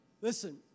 Listen